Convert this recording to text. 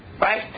Right